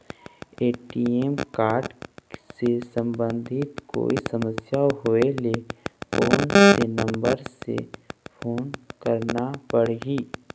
ATM card से संबंधित कोई समस्या होय ले, कोन से नंबर से फोन करना पढ़ही?